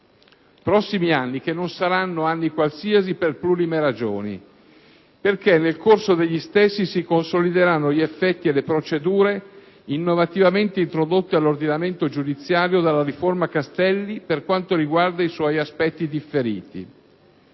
Prossimi anni che non saranno anni qualsiasi per plurime ragioni: perché nel corso degli stessi si consolideranno gli effetti e le procedure innovativamente introdotti nell'ordinamento giudiziario dalla «riforma Castelli» per quanto riguarda i suoi aspetti differiti